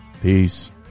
Peace